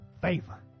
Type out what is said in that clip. Favor